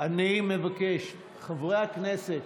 אני מבקש, חברי הכנסת.